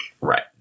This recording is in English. Right